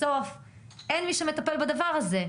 בסוף אין מי שמטפל בדבר הזה.